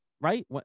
right